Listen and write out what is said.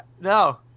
no